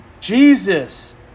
Jesus